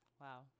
Wow